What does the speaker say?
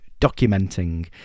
documenting